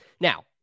Now